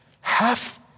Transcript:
Half